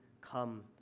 come